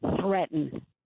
threaten